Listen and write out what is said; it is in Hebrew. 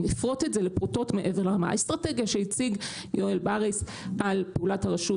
אם נפרוט את זה לפרוטות מעבר לאסטרטגיה שהציג יואל בריס על פעולת הרשות